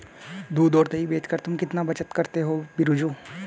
दूध और दही बेचकर तुम कितना बचत करते हो बिरजू?